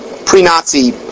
pre-Nazi